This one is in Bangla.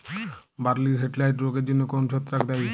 বার্লির হেডব্লাইট রোগের জন্য কোন ছত্রাক দায়ী?